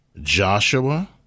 Joshua